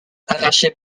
arraché